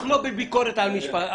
אנחנו לא בביקורת על הממשלה.